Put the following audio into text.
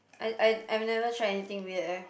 I I I've never try anything weird eh